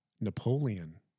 Napoleon